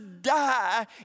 die